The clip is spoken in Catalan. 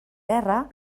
guerra